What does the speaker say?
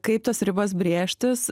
kaip tas ribas brėžtis